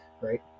right